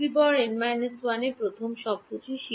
D n 1 এ প্রথম শব্দটি